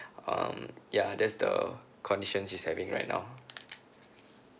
um ya that's the condition she's having right now